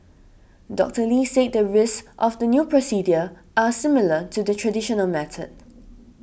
Doctor Lee said the risks of the new procedure are similar to the traditional method